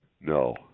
No